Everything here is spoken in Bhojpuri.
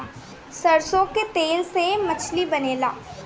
सरसों के तेल से मछली बनेले